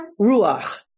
ruach